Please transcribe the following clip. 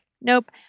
Nope